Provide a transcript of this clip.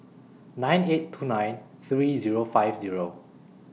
nine eight two nine three Zero five Zero